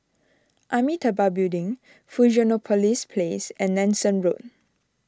Amitabha Building Fusionopolis Place and Nanson Road